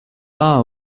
pas